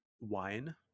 wine